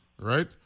Right